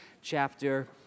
chapter